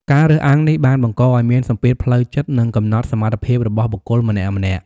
ការរើសអើងនេះបានបង្កឱ្យមានសម្ពាធផ្លូវចិត្ត និងកំណត់សមត្ថភាពរបស់បុគ្គលម្នាក់ៗ។